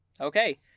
Okay